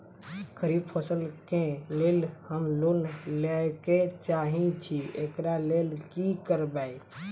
खरीफ फसल केँ लेल हम लोन लैके चाहै छी एकरा लेल की करबै?